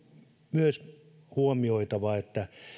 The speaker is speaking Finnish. myös huomioitava että